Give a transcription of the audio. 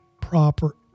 proper